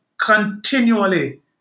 continually